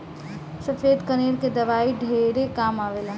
सफ़ेद कनेर के दवाई ढेरे काम आवेल